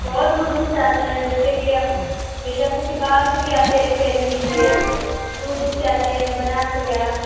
बहुत दूर दूर से आते हैं जैसे कि अब बीजापुर के पास भी आते हैं रिपेयरिंग के लिए दूर दूर से आते हैं बनारस हो गया